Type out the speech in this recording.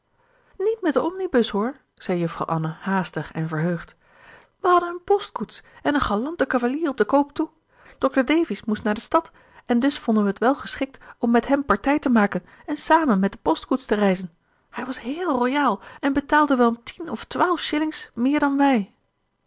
niet met den omnibus hoor zei juffrouw anne haastig en verheugd we hadden een postkoets en een galanten cavalier op den koop toe dr davies moest naar de stad en dus vonden we t wel geschikt om met hem partij te maken en samen met de postkoets te reizen hij was héél royaal en betaalde wel tien of twaalf shillings meer dan wij